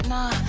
Nah